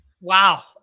Wow